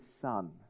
Son